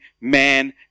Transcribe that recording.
man